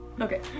Okay